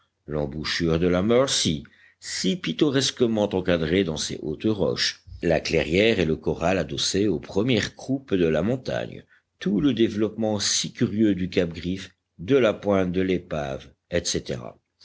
l'embouchure de la mercy si pittoresquement encadrée dans ses hautes roches la clairière et le corral adossé aux premières croupes de la montagne tout le développement si curieux du cap griffe de la pointe de l'épave etc